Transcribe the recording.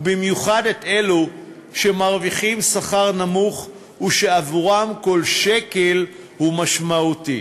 ובמיוחד את אלו שמרוויחים שכר נמוך ועבורם כל שקל הוא משמעותי,